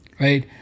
right